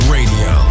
Radio